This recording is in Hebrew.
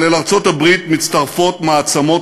אבל אל ארצות-הברית מצטרפות מעצמות